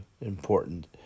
important